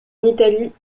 italie